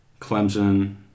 Clemson